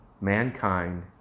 Mankind